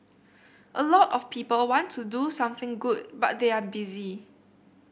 a lot of people want to do something good but they are busy